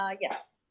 Yes